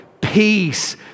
peace